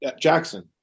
Jackson